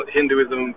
Hinduism